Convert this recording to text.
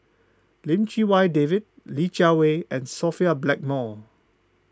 Lim Chee Wai David Li Jiawei and Sophia Blackmore